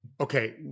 Okay